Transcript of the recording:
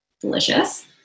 Delicious